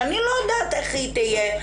שאני לא יודעת איך היא תהיה,